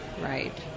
right